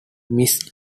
mrs